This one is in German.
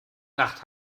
nacht